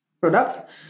product